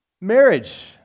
Marriage